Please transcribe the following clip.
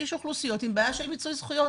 יש אוכלוסיות עם בעיה של מיצוי זכויות,